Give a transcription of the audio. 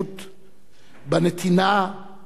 בנתינה ובעשייה.